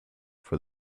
for